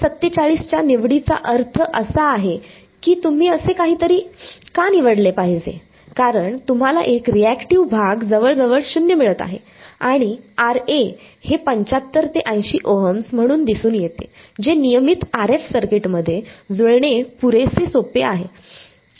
47 च्या निवडीचा अर्थ असा आहे की तुम्ही असे काहीतरी का निवडले पाहिजे कारण तुम्हाला एक रिएक्टिव भाग जवळजवळ 0 मिळत आहे आणि हे 75 ते 80 ओहम्स म्हणून दिसून येते जे नियमित RF सर्किटमध्ये जुळणे पुरेसे सोपे आहे